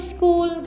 School